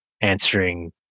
answering